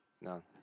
No